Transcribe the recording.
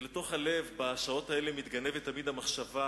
אל תוך הלב בשעות האלה מתגנבת תמיד המחשבה,